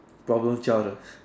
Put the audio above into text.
problem child lah